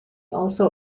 also